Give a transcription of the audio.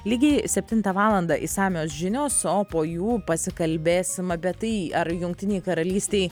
lygiai septintą valandą išsamios žinios o po jų pasikalbėsim apie tai ar jungtinei karalystei